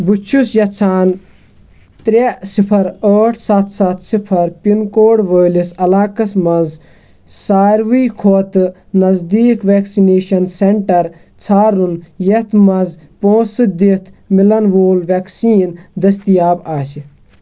بہٕ چھُس یَژھان ترٛےٚ صِفر ٲٹھ سَتھ سَتھ صِفر پِن کوڈ وٲلِس علاقس مَنٛز سارِوٕے کھۅتہٕ نٔزدیٖک ویکسِنیٚشن سینٹر ژھارُن یتھ مَنٛز پۅنٛسہٕ دِتھ میلَن وول ویکسیٖن دٔستِیاب آسہِ